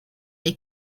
they